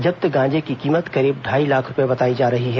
जब्त गांजे की कीमत करीब ढाई लाख रूपये बताई जा रही है